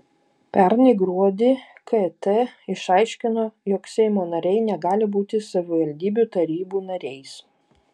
pernai gruodį kt išaiškino jog seimo nariai negali būti savivaldybių tarybų nariais